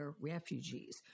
refugees